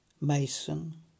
Mason